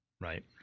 right